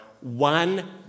one